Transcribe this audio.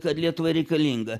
kad lietuvai reikalinga